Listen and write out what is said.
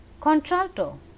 Contralto